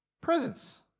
presents